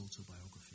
autobiography